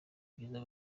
byiza